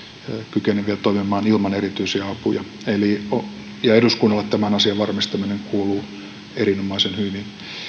kykeneviä toimimaan ilman erityisiä apuja eduskunnalle tämän asian varmistaminen kuuluu erinomaisen hyvin